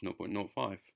0.05